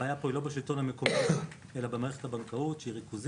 הבעיה איננה בשלטון המקומי אלא בריכוזיות